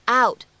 out